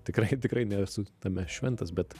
tikrai tikrai nesu tame šventas bet